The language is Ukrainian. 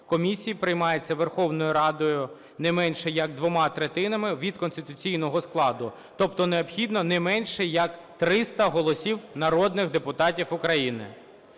комісії приймається Верховною Радою не менше як двома третинами від конституційного складу. Тобто необхідно не менше як 300 голосів народних депутатів України.